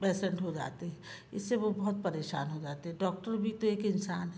patient हो जाते हैं इससे वो बहुत परेशान हो जाते हैं डॉक्टर भी तो एक इंसान है